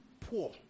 poor